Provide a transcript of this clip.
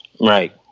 Right